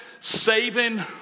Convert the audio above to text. saving